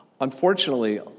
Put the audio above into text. Unfortunately